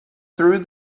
through